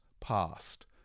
past